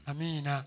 Amen